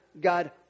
God